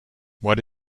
what